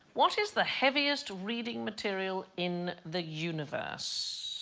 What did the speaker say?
what is the heaviest reading material in the universe